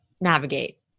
navigate